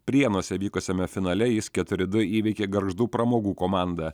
prienuose vykusiame finale jis keturi du įveikė gargždų pramogų komandą